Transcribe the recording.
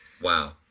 Wow